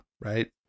right